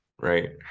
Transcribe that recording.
Right